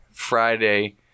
Friday